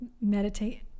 meditate